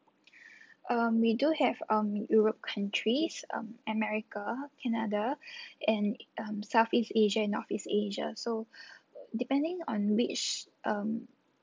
um we do have um europe countries um america canada and um southeast asia and northeast asia so depending on which um